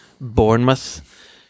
Bournemouth